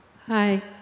Hi